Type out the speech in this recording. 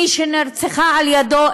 מי שנרצחה בידיו,